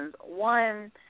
One